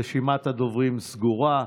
רשימת הדוברים סגורה.